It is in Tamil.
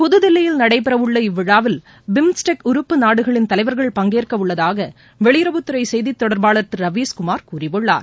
புதுதில்லியில் நடைபெறவுள்ள இவ்விழாவில் பிம்ஸ்டெக் உறுப்பு நாடுகளின் தலைவர்கள் பங்கேற்க உள்ளதாக வெளியுறவுத்துறை செய்தி தொடர்பாளர் திரு ரவீஷ்குமார் கூறியுள்ளார்